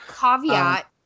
Caveat